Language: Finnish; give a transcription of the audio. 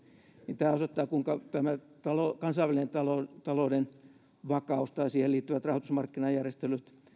niin tämä osoittaa kuinka tämä kansainvälinen talouden talouden vakaus tai siihen liittyvät rahoitusmarkkinajärjestelyt